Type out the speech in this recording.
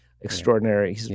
extraordinary